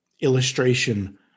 illustration